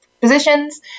positions